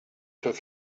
took